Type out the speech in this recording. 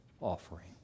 offering